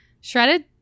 shredded